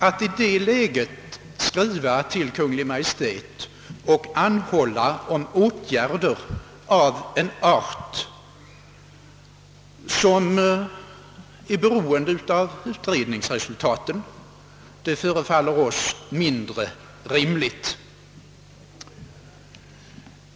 Att i det läget skriva till Kungl. Maj:t och anhålla om åtgärder av en art, som är beroen de av utredningsresultaten, förefaller oss mindre rimligt.